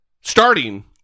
Starting